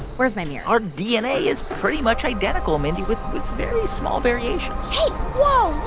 where's my mirror? our dna is pretty much identical, mindy, with with very small variations hey,